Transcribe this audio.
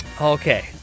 Okay